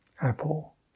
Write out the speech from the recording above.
apple